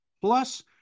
plus